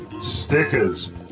stickers